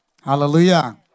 Hallelujah